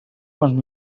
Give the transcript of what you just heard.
quants